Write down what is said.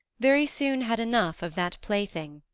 very soon had enough of that plaything,